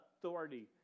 authority